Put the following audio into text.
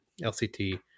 LCT